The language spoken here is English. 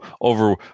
over